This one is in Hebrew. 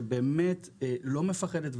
שבאמת לא מפחדת,